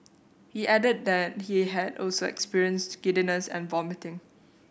he added that he had also experienced giddiness and vomiting